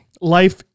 Life